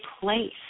place